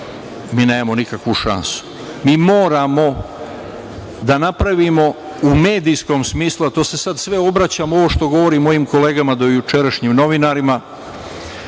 mi nemamo nikakvu šansu. Mi moramo da napravimo u medijskom smislu, a to se sad sve obraćam ovo što govorim mojim kolegama dojučerašnjim novinarima,